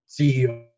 CEO